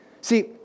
See